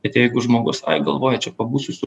bet jeigu žmogus ai galvoja čia pabūsiu su